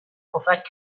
پفک